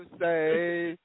say